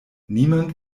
niemand